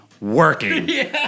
working